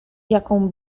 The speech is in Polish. jaką